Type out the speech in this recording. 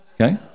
okay